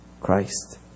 Christ